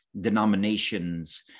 denominations